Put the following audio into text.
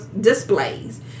displays